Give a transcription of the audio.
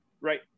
right